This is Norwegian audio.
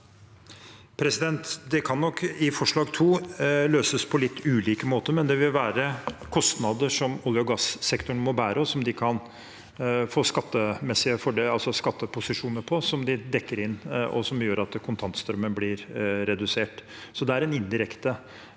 Forslag nr. 2 kan nok løses på litt ulike måter, men det vil være kostnader som olje- og gassektoren må bære, som de kan få skatteposisjoner på som de dekker inn, og som gjør at kontantstrømmen blir redusert. Det er en indirekte